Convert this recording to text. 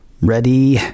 Ready